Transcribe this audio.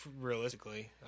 Realistically